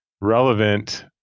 relevant